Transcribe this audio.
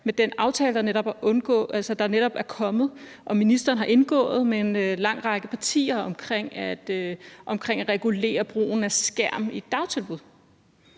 med den aftale, der netop er kommet, og som ministeren har indgået med en lang række partier, om at regulere brugen af skærm i dagtilbud?